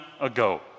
ago